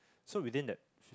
so within that